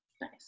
Nice